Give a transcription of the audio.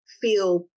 feel